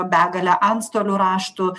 begalę antstolių raštų